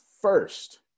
first